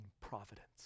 providence